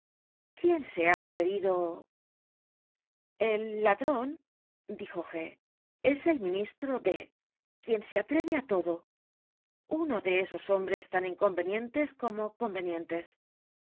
quién se ha atrevido el ladrón dijo g es el ministro d quien se atreve á todo uno de esos hombres tan inconvenientes como convenientes